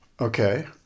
Okay